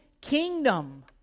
kingdom